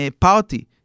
party